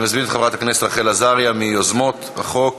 אני מזמין את חברת הכנסת רחל עזריה, מיוזמות החוק,